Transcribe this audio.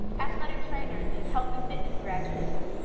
athletic trainers and health and fitness graduates,